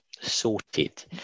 sorted